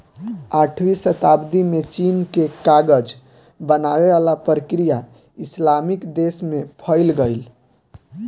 आठवीं सताब्दी में चीन के कागज बनावे वाला प्रक्रिया इस्लामिक देश में फईल गईल